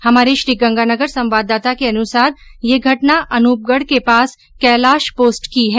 हमारे श्रीगंगानगर संवाददाता के अनुसार यह घटना अनुपगढ के पास कैलाश पोस्ट की है